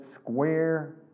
square